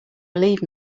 believe